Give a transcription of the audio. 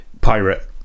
pirate